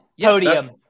Podium